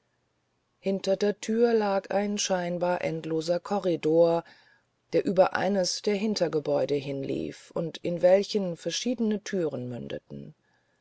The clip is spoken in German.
hinter der thür lag ein scheinbar endloser korridor der über eines der hintergebäude hinlief und in welchen verschiedene thüren mündeten